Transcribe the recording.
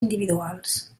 individuals